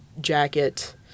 jacket